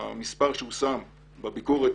המספר שהושם בביקורת,